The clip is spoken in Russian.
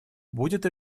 будет